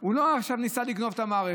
הוא לא ניסה עכשיו לגנוב את המערכת.